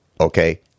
Okay